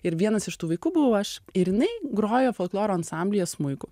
ir vienas iš tų vaikų buvau aš ir jinai grojo folkloro ansamblyje smuiku